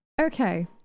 Okay